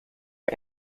for